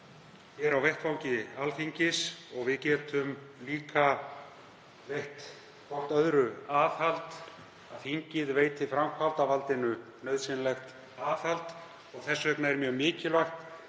samtal hér á vettvangi Alþingis og að við getum líka veitt hvert öðru aðhald, að þingið veiti framkvæmdarvaldinu nauðsynlegt aðhald. Þess vegna er mjög mikilvægt